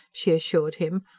she assured him,